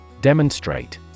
Demonstrate